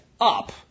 up